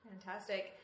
Fantastic